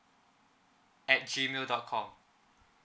at G mail dot com